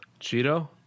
cheeto